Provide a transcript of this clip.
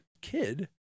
Kid